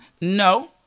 No